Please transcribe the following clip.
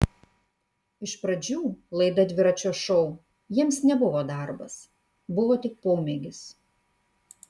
iš pradžių laida dviračio šou jiems nebuvo darbas buvo tik pomėgis